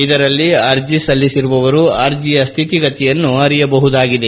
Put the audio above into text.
ಇದರಲ್ಲಿ ಅರ್ಜಿ ಸಲ್ಲಿಸಿರುವವರು ಅರ್ಜಿಯ ಸ್ವಿತಿಗತಿಯನ್ನು ಅರಿಯಬಹುದಾಗಿದೆ